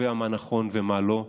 שקובע מה נכון ומה לא.